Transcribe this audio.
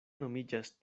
nomiĝas